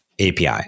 API